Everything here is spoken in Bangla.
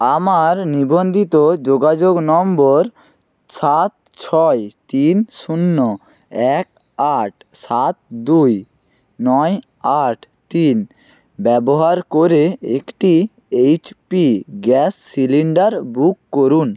আমার নিবন্ধিত যোগাযোগ নম্বর সাত ছয় তিন শূন্য এক আট সাত দুই নয় আট তিন ব্যবহার করে একটি এইচপি গ্যাস সিলিণ্ডার বুক করুন